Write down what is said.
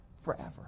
forever